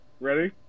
Ready